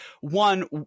One